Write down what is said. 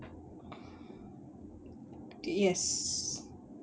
yes